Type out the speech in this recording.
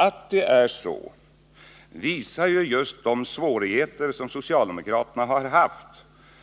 Att det är så visar just de svårigheter som socialdemokraterna haft